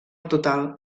total